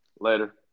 Later